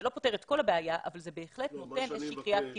זה לא פותר את כל הבעיה אבל זה בהחלט נותן איזושהי קריאת כיוון.